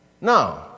No